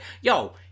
Yo